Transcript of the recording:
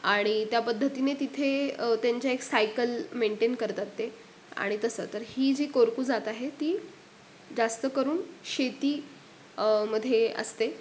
आणि त्या पद्धतीने तिथे त्यांच्या एक सायकल मेंटेन करतात ते आणि तसं तर ही जी कोरकू जात आहे ती जास्त करून शेती मध्ये असते